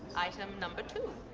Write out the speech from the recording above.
item number two.